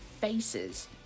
faces